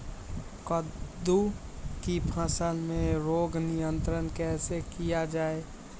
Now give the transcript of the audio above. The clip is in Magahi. कददु की फसल में रोग नियंत्रण कैसे किया जाए?